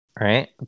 Right